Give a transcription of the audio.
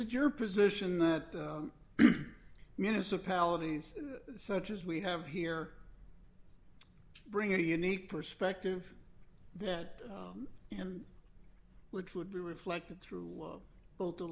it your position that municipalities such as we have here bring a unique perspective then and which would be reflected through both the